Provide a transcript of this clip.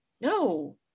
no